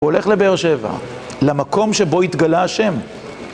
הוא הולך לבאר שבע, למקום שבו התגלה השם.